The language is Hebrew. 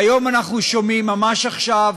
והיום אנחנו שומעים, ממש עכשיו,